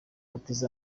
bateza